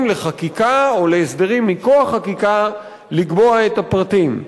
לחקיקה או להסדרים מכוח חקיקה לקבוע את הפרטים.